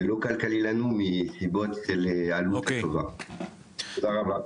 זה לא כלכלי לנו מסיבות של עלות --- תודה רבה.